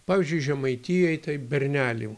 pavyzdžiui žemaitijoj tai bernelių